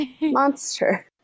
monster